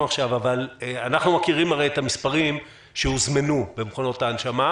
עכשיו אבל אנחנו מכירים את המספרים שהוזמנו למכונות ההנשמה,